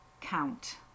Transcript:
count